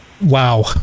Wow